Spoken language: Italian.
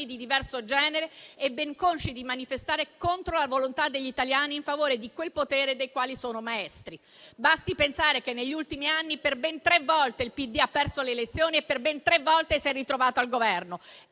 di diverso genere e di manifestare contro la volontà degli italiani in favore di quei poteri dei quali sono maestri. Basti pensare che negli ultimi anni per ben tre volte il PD ha perso le elezioni e per ben tre volte si è ritrovato al Governo.